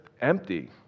empty